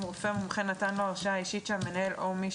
אם רופא מומחה נתן לו הרשאה אישית שהמנהל או מי